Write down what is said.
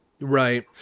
Right